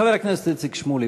חבר הכנסת איציק שמולי,